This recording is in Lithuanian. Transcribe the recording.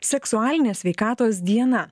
seksualinės sveikatos diena